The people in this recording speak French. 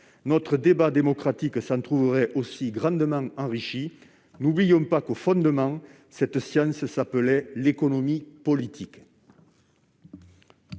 Notre débat démocratique s'en trouverait également grandement enrichi. Ne l'oublions pas, à l'origine, cette science s'appelait « économie politique